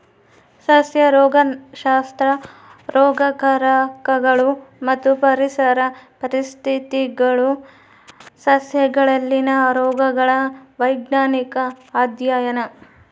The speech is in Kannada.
ಸಸ್ಯ ರೋಗಶಾಸ್ತ್ರ ರೋಗಕಾರಕಗಳು ಮತ್ತು ಪರಿಸರ ಪರಿಸ್ಥಿತಿಗುಳು ಸಸ್ಯಗಳಲ್ಲಿನ ರೋಗಗಳ ವೈಜ್ಞಾನಿಕ ಅಧ್ಯಯನ